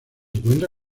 encuentra